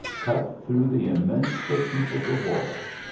cut through the immense thickness of the walls,